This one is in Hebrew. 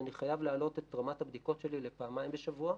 אני חייב להעלות את רמת הבדיקות שלי לפעמיים בשבוע.